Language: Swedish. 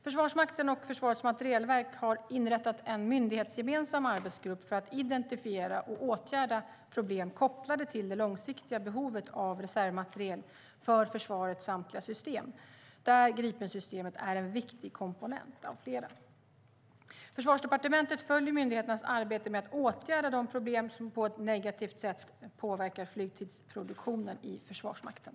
Försvarsmakten och Försvarets materielverk har inrättat en myndighetsgemensam arbetsgrupp för att identifiera och åtgärda problem kopplade till det långsiktiga behovet av reservmateriel för försvarets samtliga system, där Gripensystemet är en viktig komponent av flera. Försvarsdepartementet följer myndigheternas arbete med att åtgärda de problem som på ett negativt sätt kan påverka flygtidsproduktionen i Försvarsmakten.